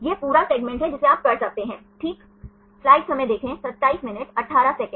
यह पूरा सेगमेंट है जिसे आप कर सकते हैं ठीक